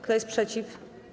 Kto jest przeciw?